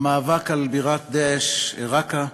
המאבק על בירת "דאעש", א־רקה,